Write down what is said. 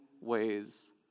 ways